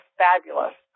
fabulous